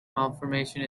malformation